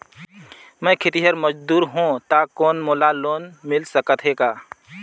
मैं खेतिहर मजदूर हों ता कौन मोला लोन मिल सकत हे का?